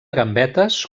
gambetes